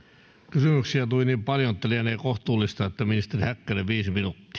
kysymyksiä tuli niin paljon että lienee kohtuullista että ministeri häkkänen saa viisi